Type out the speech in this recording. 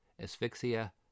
asphyxia